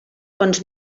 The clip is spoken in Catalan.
fonts